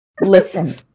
listen